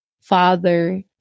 father